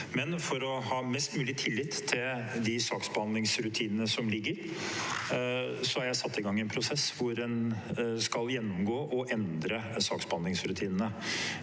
men for å ha mest mulig tillit til de saksbehandlingsrutinene som foreligger, har jeg satt i gang en prosess hvor en skal gjennomgå og endre saksbehandlingsrutinene.